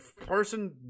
person